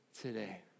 today